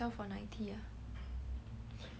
eighty five eighty five eighty five